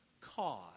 cause